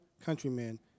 countrymen